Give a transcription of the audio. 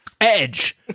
Edge